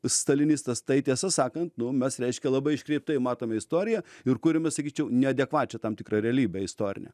stalinistas tai tiesą sakant nu mes reiškia labai iškreiptai matome istoriją ir kuriame sakyčiau neadekvačią tam tikrą realybę istorinę